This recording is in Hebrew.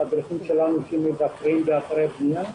המדריכים שלנו שמבקרים באתרי בנייה.